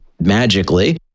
magically